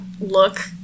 look